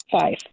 Five